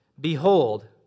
behold